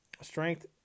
strength